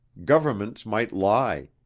governments might lie,